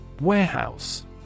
Warehouse